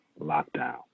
lockdown